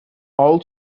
all